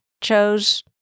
chose